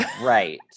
Right